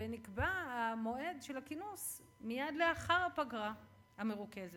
ונקבע המועד של הכינוס מייד לאחר הפגרה המרוכזת.